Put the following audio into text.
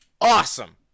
Awesome